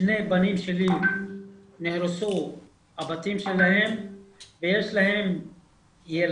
הבתים של שני בנים שלי נהרסו ויש להם ילדים,